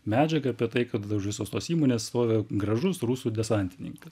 medžiagą apie tai kad visos tos įmonės stovi gražus rusų desantininkas